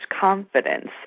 confidence